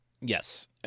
yes